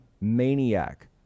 maniac